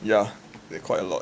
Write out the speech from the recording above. yeah they quite a lot